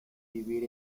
vivir